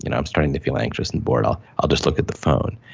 you know i'm starting to feel anxious and bored, i'll i'll just look at the phone.